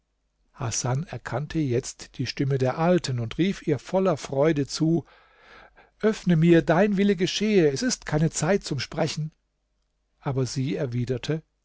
hasan erkannte jetzt die stimme der alten und rief ihr voller freude zu öffne mir dein wille geschehe es ist keine zeit zum sprechen aber sie erwiderte